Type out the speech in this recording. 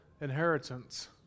inheritance